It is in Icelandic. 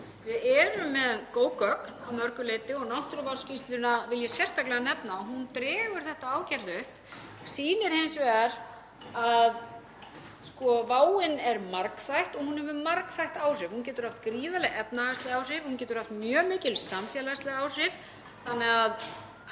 Við erum með góð gögn að mörgu leyti og náttúruvárskýrsluna vil ég sérstaklega nefna, hún dregur þetta ágætlega upp, sýnir að váin er margþætt og hún hefur margþætt áhrif. Hún getur haft gríðarleg efnahagsleg áhrif, hún getur haft mjög mikil samfélagsleg áhrif.